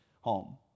home